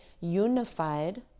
unified